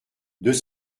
deux